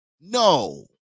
No